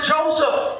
Joseph